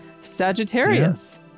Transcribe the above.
Sagittarius